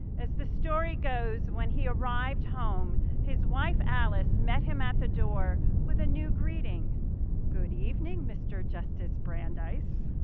as the story goes, when he arrived home his wife alice met him at the door with a new greeting good evening mr. justice brandeis.